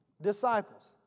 disciples